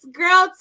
girl